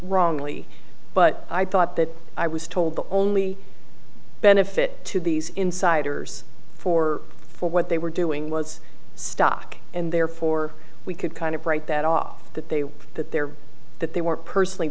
wrongly but i thought that i was told the only benefit to these insiders for for what they were doing was stock and therefore we could kind of write that off that they were that there that they were personally